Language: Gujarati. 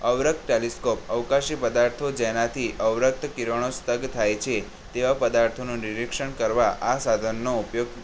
અવતર ટેલિસ્કોપ અવકાશી પદાર્થો જેનાથી અવરત કિરણો સ્થગ થાય છે તેવાં પદાર્થોનું નિરીક્ષણ કરવા આ સાધનનો ઉપયોગ